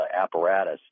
apparatus